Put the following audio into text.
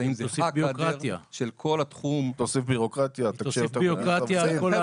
הנדסאים זה הקאדר- -- תוסיף בירוקרטיה על כל הענף.